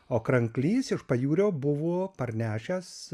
o kranklys iš pajūrio buvo parnešęs